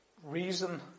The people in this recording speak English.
Reason